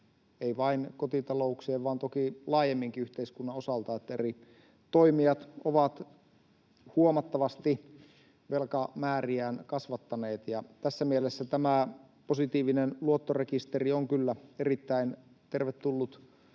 ei vain kotitalouksien vaan toki laajemminkin yhteiskunnan osalta. Eri toimijat ovat huomattavasti velkamääriään kasvattaneet, ja tässä mielessä tämä positiivinen luottorekisteri on kyllä erittäin tervetullut